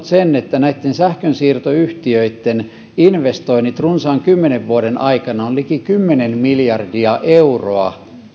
sen että sähkönsiirtoyhtiöitten investoinnit sähköverkkoon runsaan kymmenen vuoden aikana ovat liki kymmenen miljardia euroa